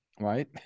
right